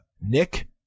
Nick